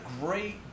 great